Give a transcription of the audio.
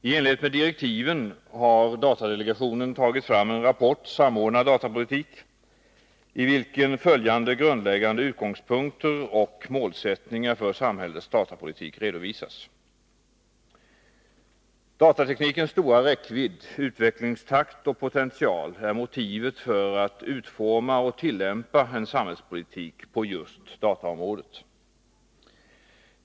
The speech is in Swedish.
I enlighet med direktiven har datadelegationen tagit fram en rapport, Samordnad datapolitik , i vilken följande grundläggande utgångspunkter och målsättningar för samhällets datapolitik redovisas: Datateknikens stora räckvidd, utvecklingstakt och potential är motivet för att utforma och tillämpa en samhällspolitik på just dataområdet.